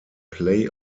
play